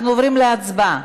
אנחנו עוברים להצבעה.